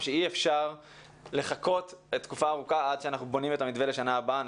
שאי-אפשר לחכות תקופה ארוכה עד שאנחנו בונים את המתווה לשנה הבאה.